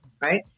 right